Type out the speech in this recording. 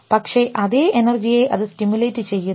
പക്ഷേ അതേ എനർജിയെ അത് സ്റ്റിമുലേറ്റ് ചെയ്യുന്നു